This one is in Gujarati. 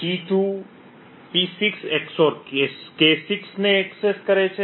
T2 P6 XOR K6 ને એક્સેસ કરે છે